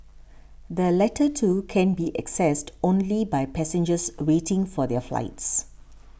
the latter two can be accessed only by passengers waiting for their flights